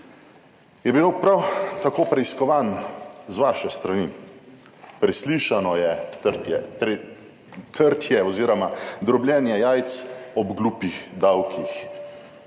je bil prav tako preiskovan z vaše strani. Preslišano je trtje, trtje oziroma drobljenje jajc ob gluhih davkih,